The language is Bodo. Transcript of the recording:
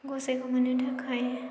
गसाइखौ मोननो थाखाय